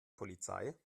polizei